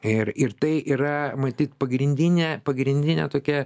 ir ir tai yra matyt pagrindinė pagrindinė tokia